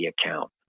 account